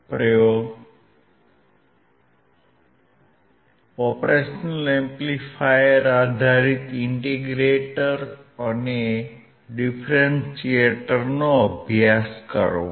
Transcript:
પ્રયોગ operational amplifier આધારિત integrator અને ડીફરન્શીએટરનો અભ્યાસ કરવો